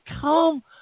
come